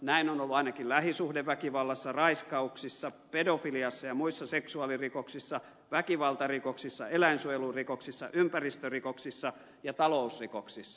näin on ollut ainakin lähisuhdeväkivallassa raiskauksissa pedofiliassa ja muissa seksuaalirikoksissa väkivaltarikoksissa eläinsuojelurikoksissa ympäristörikoksissa ja talousrikoksissa